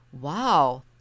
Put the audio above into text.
wow